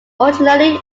originally